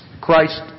Christ